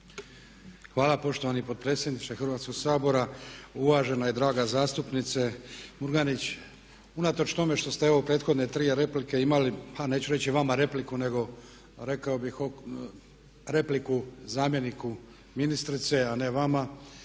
Hvala poštovani predsjedniče Hrvatskoga sabora. Uvažena i draga zastupnice Murganić, unatoč tome što ste evo prethodne tri replike imali, a neću reći vama repliku nego rekao bih repliku zamjeniku ministrice a ne vama,